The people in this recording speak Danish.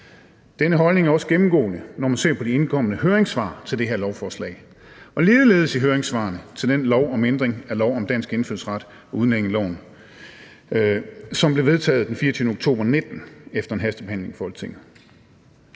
Denne holdning er også gennemgående, når man ser på de indkomne høringssvar til det her lovforslag, og var det ligeledes i høringssvarene til det forslag til lov om ændring af lov om dansk indfødsret og udlændingeloven, som blev vedtaget den 24. oktober 2019 efter en hastebehandling i Folketinget.